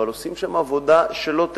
ועושים שם עבודה שלא תיאמן.